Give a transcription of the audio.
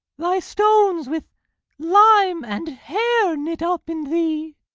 thy stones with lime and hair knit up in thee.